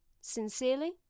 Sincerely